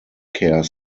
care